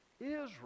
Israel